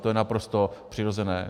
To je naprosto přirozené.